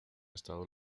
estado